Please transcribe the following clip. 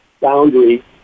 boundary